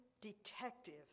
detective